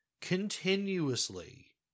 Continuously